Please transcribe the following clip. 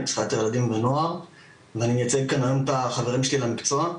אני פסיכיאטר ילדים ונוער ואני מייצג כאן היום את החברים שלי למקצוע.